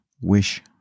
wish